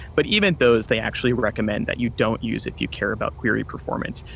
but even those they actually recommend that you don't use if you care about query performance.